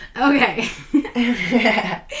Okay